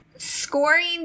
Scoring